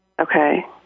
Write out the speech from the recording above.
Okay